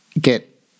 get